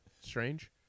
strange